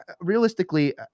realistically